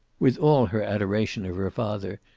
with all her adoration of her father,